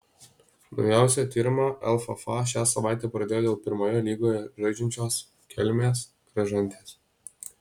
naujausią tyrimą lff šią savaitę pradėjo dėl pirmoje lygoje žaidžiančios kelmės kražantės